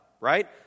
right